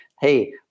hey